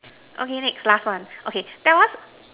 okay next last one okay tell us